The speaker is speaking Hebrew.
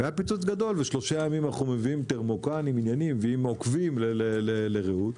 ושלושה ימים אנחנו מביאים- -- ועוקבים לרעות,